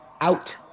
out